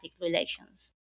relations